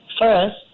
First